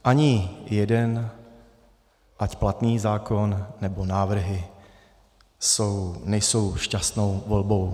Ani jeden, ať platný zákon, nebo návrhy, nejsou šťastnou volbou.